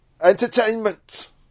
Entertainment